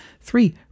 three